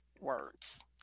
words